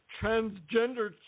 transgender